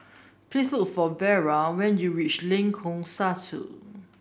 please look for Vera when you reach Lengkong Satu